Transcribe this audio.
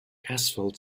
asphalt